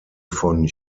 von